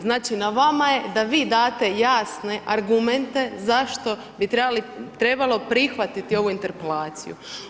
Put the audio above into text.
Znači na vama je da vi date jasne argumente zašto bi trebalo prihvatiti ovu interpelaciju.